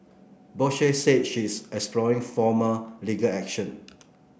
Bose said she is exploring formal legal action